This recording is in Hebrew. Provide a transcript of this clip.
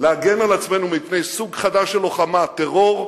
להגן על עצמנו מפני סוג חדש של לוחמת טרור,